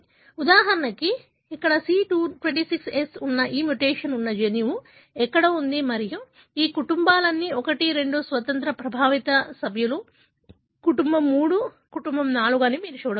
ఉదాహరణకు ఇక్కడ C26S ఉన్న ఈ మ్యుటేషన్ ఉన్న జన్యువు ఎక్కడో ఉంది మరియు ఈ కుటుంబాలన్నీ 1 2 స్వతంత్ర ప్రభావిత సభ్యులు కుటుంబం 3 కుటుంబం 4 అని మీరు చూడవచ్చు